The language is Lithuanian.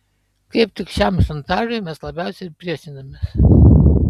kaip tik šiam šantažui mes labiausiai ir priešinamės